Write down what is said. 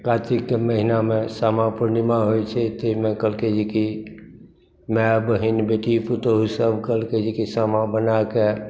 कार्तिकके महिनामे सामा पूर्णिमा होइत छै ताहिमे कहलकै जे कि माय बहिन बेटी पुतोहु सभ कहलकै जे कि सामा बनाके